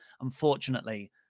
unfortunately